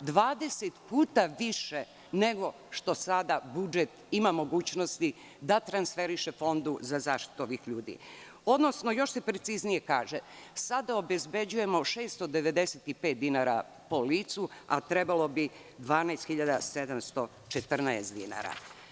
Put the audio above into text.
dvadeset puta više nego što sada budžet ima mogućnosti da transferiše Fondu za zaštitu ovih ljudi, odnosno još se preciznije kaže – sada obezbeđujemo 695 dinara po licu, a trebalo bi 12.714 dinara.